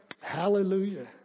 Hallelujah